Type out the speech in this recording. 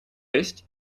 есть